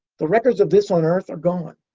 the records of this on earth are gone.